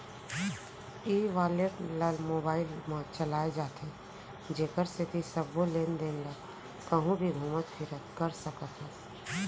ई wallet ल mobile म चलाए जाथे जेकर सेती सबो लेन देन ल कहूँ भी घुमत फिरत कर सकत हस